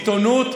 עיתונות,